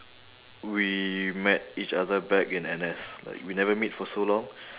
we met each other back in N_S like we never meet for so long